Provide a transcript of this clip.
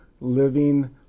living